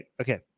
Okay